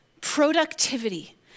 productivity